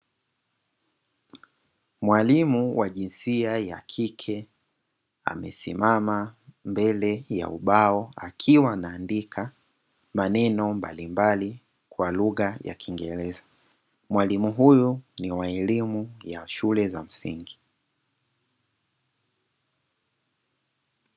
Mwalimu wa jinsia ya kike amesimama mbele ya ubao akiwa anaandika maneno mbalimbali kwa lugha ya kingereza. Mwalimu huyu ni wa elimu ya shule ya msingi.